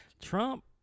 Trump